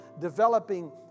developing